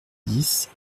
dix